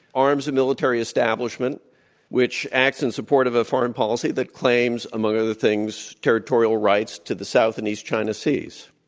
arms a military establishment which acts in support of a foreign policy that claims, among other things, territorial rights to the south and east china seas,